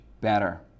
better